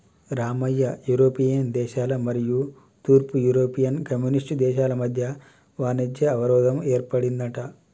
Ramayya European దేశాల మరియు తూర్పు యూరోపియన్ కమ్యూనిస్ట్ దేశాల మధ్య వాణిజ్య అవరోధం ఏర్పడిందంట